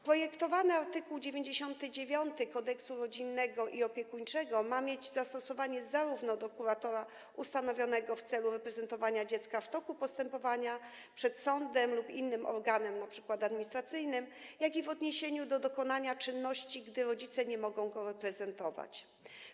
Projektowany art. 99 Kodeksu rodzinnego i opiekuńczego ma mieć zastosowanie zarówno w odniesieniu do kuratora ustanowionego w celu reprezentowania dziecka w toku postępowania przed sądem lub innym organem, np. administracyjnym, jak i w odniesieniu do dokonania czynności, gdy rodzice nie mogą reprezentować dziecka.